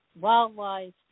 wildlife